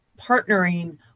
partnering